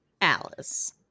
Alice